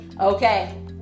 Okay